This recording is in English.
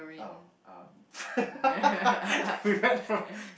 oh uh we met from